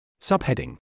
Subheading